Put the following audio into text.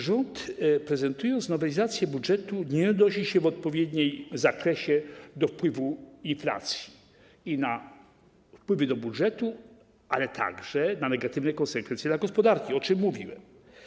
Rząd, prezentując nowelizację budżetu, nie odnosi się w odpowiednim zakresie do wpływu inflacji na wpływy do budżetu, ale także na negatywne konsekwencje dla gospodarki, o czym mówiłem.